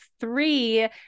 three